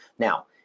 Now